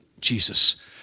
Jesus